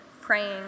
praying